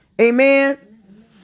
Amen